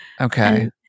Okay